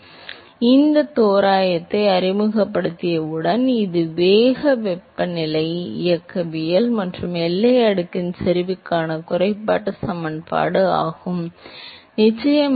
எனவே அந்த தோராயத்தை நீங்கள் அறிமுகப்படுத்தியவுடன் இது வேக வெப்பநிலையின் இயக்கவியல் மற்றும் எல்லை அடுக்கின் செறிவுக்கான குறைக்கப்பட்ட சமன்பாடு ஆகும் நிச்சயமாக dP by dy 0